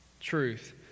truth